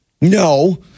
No